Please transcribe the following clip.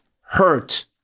hurt